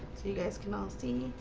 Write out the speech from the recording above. you guys can all see me.